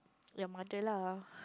your mother lah